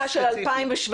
אתם מתעלמים מזה.